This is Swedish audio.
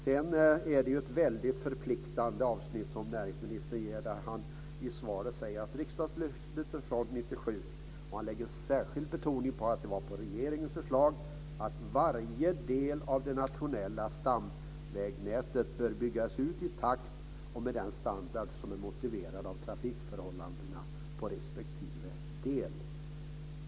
Det är ett förpliktande avsnitt som näringsministern nämner när han i svaret säger att riksdagsbeslutet från 1997 - och han lägger särskild betoning på att det var på regeringens förslag - innebär att varje del av det nationella stamvägnätet bör byggas ut i den takt och med den standard som är motiverad av trafikförhållandena på respektive del.